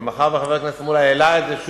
אבל מאחר שחבר הכנסת מולה העלה את זה שוב,